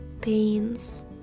pains